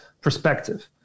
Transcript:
perspective